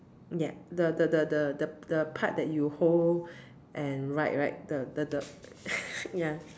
yup the the the the the the part that you hold and ride right the the the ya